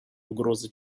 угроза